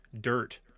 dirt